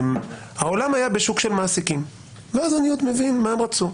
העולם היה בשוק של מעסיקים ואז אני מבין מה הם רצו.